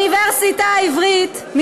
באוניברסיטה העברית,